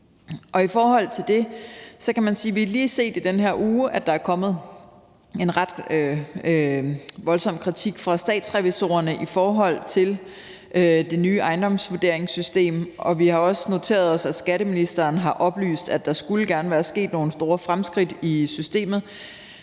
I forhold til det kan man sige, at vi lige i den her uge har set, at der er kommet en ret voldsom kritik fra statsrevisorerne i forhold til det nye ejendomsvurderingssystem. Vi har også noteret os, at skatteministeren har oplyst, at der gerne skulle gerne være sket nogle store fremskridt i systemet.